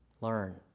learn